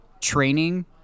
training